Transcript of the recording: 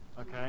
Okay